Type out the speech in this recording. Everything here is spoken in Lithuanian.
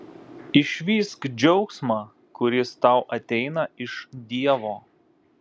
išvysk džiaugsmą kuris tau ateina iš dievo